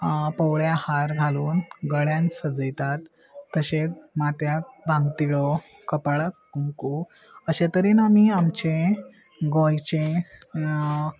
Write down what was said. पवळ्या हार घालून गळ्यान सजयतात तशेंत मात्याक भांगतिळो कपाळाक कुंकू अशे तरेन आमी आमचे गोंयचे